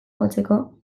jotzeko